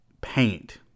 paint